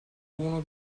uno